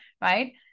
right